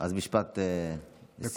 אז משפט סיום.